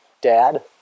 Dad